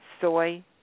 soy